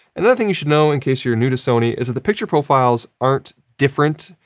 another thing you should know, in case you're new to sony, is that the picture profiles aren't different.